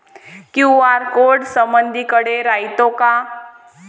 QR code समदीकडे रायतो का?